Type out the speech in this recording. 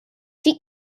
the